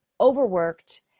overworked